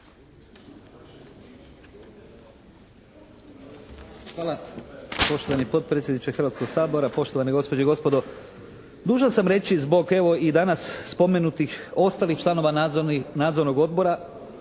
Hvala. Poštovani potpredsjedniče Hrvatskoga sabora, poštovane gospođe i gospodo. Dužan sam reći zbog evo i danas spomenutih ostalih članova nadzornog odbora